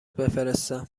بفرستم